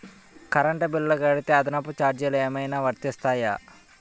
Current bill కడితే అదనపు ఛార్జీలు ఏమైనా వర్తిస్తాయా?